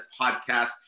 podcast